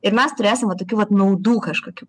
ir mes turėsim va tokių vat naudų kažkokių